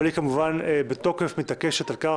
אבל היא כמובן בתוקף מתעקשת על כך